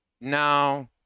no